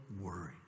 worry